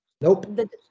Nope